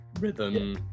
rhythm